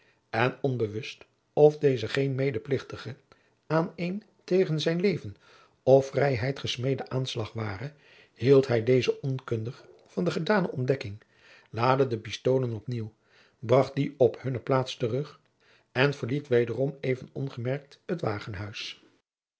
en onbewust of deze geen medeplichtige aan een tegen zijn leven of vrijheid gesmeedden aanslag ware hield hij dezen onkundig van de gedane ontdekking laadde de pistoolen op nieuw bracht die op hunne plaats terug en verliet wederom even ongemerkt het wagenhuis